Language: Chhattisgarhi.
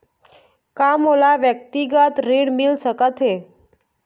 का मोला व्यक्तिगत ऋण मिल सकत हे?